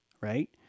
right